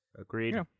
Agreed